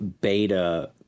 beta